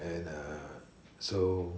and uh so